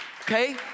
Okay